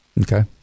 Okay